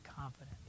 confident